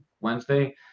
Wednesday